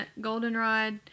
Goldenrod